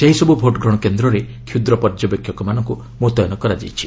ସେହିସବୁ ଭୋଟଗ୍ରହଣ କେନ୍ଦ୍ରରେ କ୍ଷୁଦ୍ର ପର୍ଯ୍ୟବେକ୍ଷକମାନଙ୍କୁ ମୁତୟନ କରାଯାଇଛି